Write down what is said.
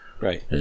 Right